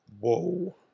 Whoa